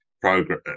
program